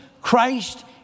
Christ